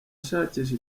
ashakisha